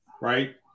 Right